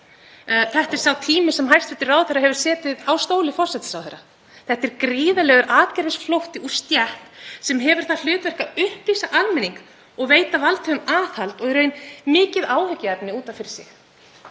Þetta er sá tími sem hæstv. ráðherra hefur setið á stóli forsætisráðherra. Þetta er gríðarlegur atgervisflótti úr stétt sem hefur það hlutverk að upplýsa almenning og veita valdhöfum aðhald og er í raun mikið áhyggjuefni út af fyrir sig.